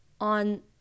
on